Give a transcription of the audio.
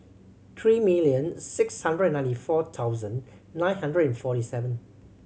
three million six hundred ninety four thousand nine hundred forty seven